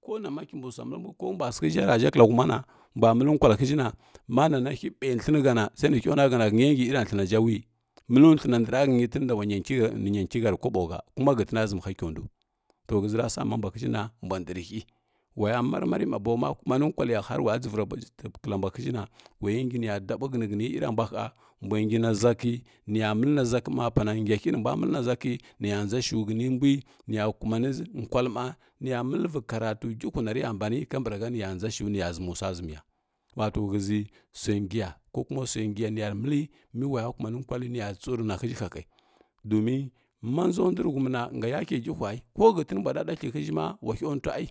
Ko na ma kimbi swa məllə mbwə ko mbwa səghə ʒha kəlla huma na mbwa məllə kwalla həsʒhi na ma nana hyʒhi na ma nana hy ɓaki nllənə hana sai nə hya nwa hana hənya ngi iyra thləna ʒha wi məlləu thləna ndəghra həny tənda wanyə ki-ha nyə kiha rə kwaɓawi ha kuma hətəna ʒəmə hakyəundo to həʒəra sa ma mbwa həʒki na mbwa ndoghrə hy wa ya marnari ma bo ma kuma nə kwallə ya har wa ya dʒəvoi kəlla mbwa həʒhi na wa yə ngi nə ya daɓə həŋa hətən iyra mbwa ha mbwa ha mbwai ngi na ʒakəynə ya məllə na ʒa kəy nə ya kumani ʒa nə ya kulmani kwall ma nə ya məlləvi karatu gəghəvi na rə ya mbanə kamar ha nə ya ndʒa shəghu nə ya ʒəmə swa ʒəmə ya wato həʒə swai ngiya ko kumo swai ngiya nə ya rə məlly mə waya kuma nə kwallu nə ya rə tsəlvi və na həʒhi hahəy dumin man ndʒa ndwi rə humi ko hətən mbwa ɗadathla’ həʒhə wa hya nthwa ai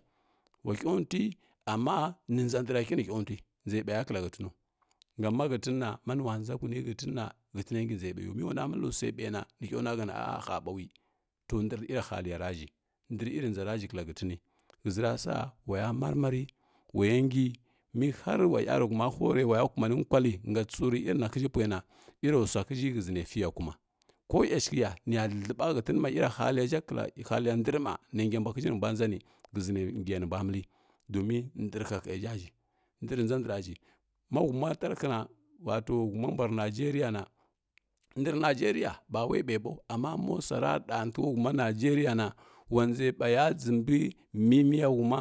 wa hyantwə amma nə ndʒa dəghra nə nə hya nthwai ndʒə baya kəlla hətan gam ma hətəna ma nuwci ndʒa hənə hətəna hətənə ngi ndʒə ɓoyu mi wana məllə swai bai na nə hya nwo kaha na a-a ha ɓawai to ndəghr iriya halləya ra ʒhi ndəghr iri ndʒa ra ʒhi ndəghrə ira ndʒara ʒhi kəlla hətəni həʒəra sa wa ya maraari, wo ya ngi mə hau wa yarəghəuma huro wai wa ya kumani kwəthi nga tsəlvirə iri na həʒhə pwai na ira swa həʒhi nə fiya kuma ko yashəghə ya nə ya thləthləba hələn ma halliya ʒha kallə halliya ndəgh ər ma nə ngya mbwa həʒhinə mbwa ndʒa ni bəʒə nə rə ngiya nə mbwa ndʒa ni domi ndəghtə hahəghə ʒha ʒhi ndəghrə ndʒa ndəghra ʒhi ma huma tarhəna wato huma mbwa rə nigəria na mo swara dəgha ntəghə nigalria na wa ndʒə ɓaya ndʒəbi mithiya huma.